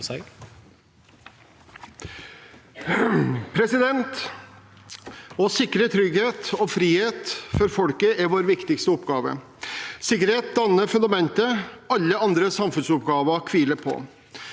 Å sikre trygghet og frihet for folket er vår viktigste oppgave. Sikkerhet danner fundamentet alle andre samfunnsoppgaver hviler på.